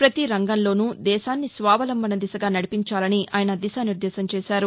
ప్రతి రంగంలోనూ దేశాన్ని స్వావలంబన దిశగా నడిపిచాలని ఆయన దిశానిర్దేశం చేశారు